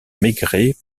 maigret